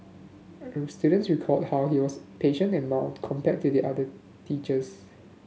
students recalled how he was patient and mild compared to the other teachers